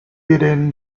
within